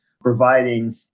providing